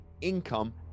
income